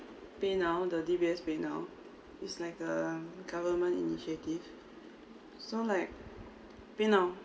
paynow the D_B_S pay may now is like a government initiative so like paynow